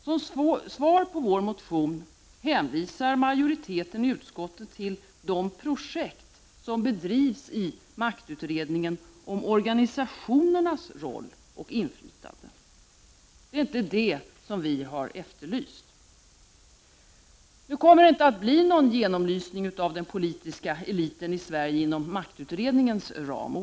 Som svar på folkpartiets motion hänvisar majoriteten i utskottet till de projekt som bedrivs i maktutredningen om organisationernas roll och inflytande. Det är inte det som vi i folkpartiet har efterlyst. Nu kommer det inte att bli någon genomlysning av den politiska eliten i Sverige inom maktutredningens ram.